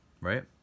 right